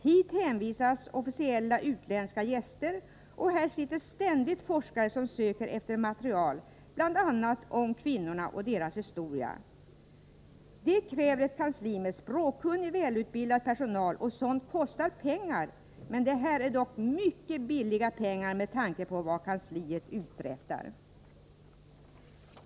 Hit hänvisas officiella utländska gäster, och här sitter ständigt forskare som söker efter material, bl.a. om kvinnorna och deras historia. Detta kräver ett kansli med språkkunnig, välutbildad personal och sådant kostar pengar. Det är dock mycket billigt med tanke på vad kansliet uträttar.